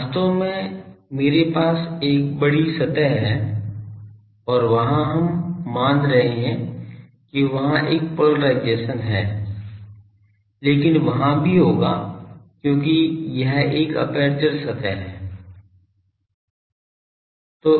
वास्तव में मेरे पास एक बड़ी सतह है और वहां हम मान रहे हैं कि वहाँ एक पोलेराइज़ेशन हैं लेकिन वहाँ भी होगा क्योंकि यह एक एपर्चर सतह है